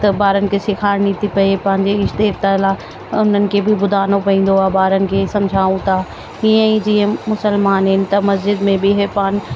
त ॿारनि खे सेखारणी थी पए पंहिंजे ईष्ट देवता लाइ त उन्हनि खे बि ॿुधाइणो पवंन्दो आहे ॿारनि खे समझाऊं था हीअं ई जीअं मुस्लिमान आहिनि त मस्जिद में बि हे पाण